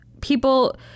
people